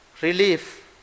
relief